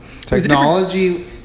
Technology